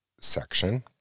section